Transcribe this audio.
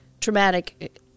traumatic